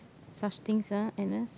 such things ah Agnes